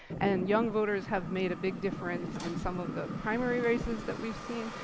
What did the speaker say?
and young voters have made a big difference in some of the primary races that we've seen.